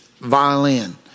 violin